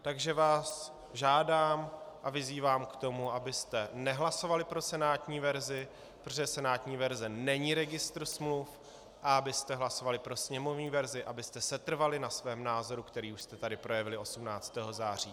Takže vás žádám a vyzývám k tomu, abyste nehlasovali pro senátní verzi, protože senátní verze není registr smluv, a abyste hlasovali pro sněmovní verzi, abyste setrvali na svém názoru, který už jste tady projevili 18. září.